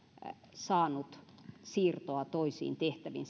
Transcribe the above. saanut siirtoa toisiin tehtäviin